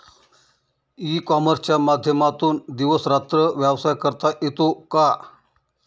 E कॉमर्सच्या माध्यमातून दिवस रात्र व्यवसाय करता येतो का?